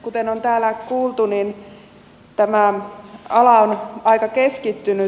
kuten on täällä kuultu tämä ala on aika keskittynyt